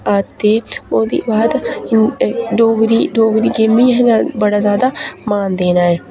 अते ओह्दे बाद डोगरी गेम बी असें बड़ा जैदा